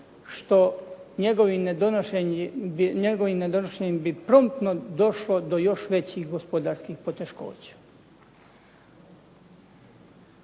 što njegovim nedonošenjem bi promptno došlo do još većih gospodarskih poteškoća.